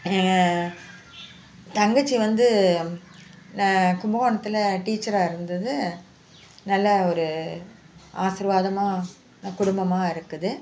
தங்கச்சி வந்து கும்பகோணத்தில் டீச்சராக இருந்தது நல்ல ஒரு ஆசீர்வாதமாக குடும்பமாக இருக்குது